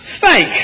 fake